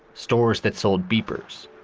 stores that sold beepers,